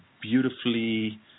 beautifully